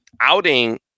outing